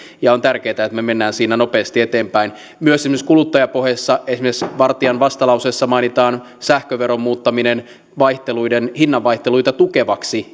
ja on tärkeätä että me menemme siinä nopeasti eteenpäin myös esimerkiksi kuluttajapuheissa esimerkiksi vartian vastalauseessa mainitaan sähköveron muuttaminen hinnan vaihteluita tukevaksi